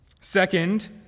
Second